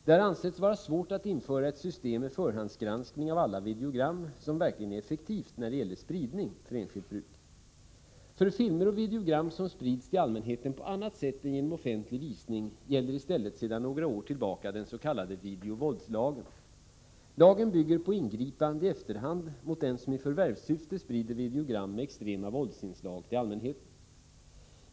Det har ansetts vara svårt att införa ett system med förhandsgranskning av alla videogram som verkligen är effektivt när det gäller spridning för enskilt bruk. För filmer och videogram som sprids till allmänheten på annat sätt än genom offentlig visning gäller i stället sedan några år tillbaka den s.k. videovåldslagen. Lagen bygger på ingripande i efterhand mot den som i förvärvssyfte sprider videogram med extrema våldsinslag till allmänheten.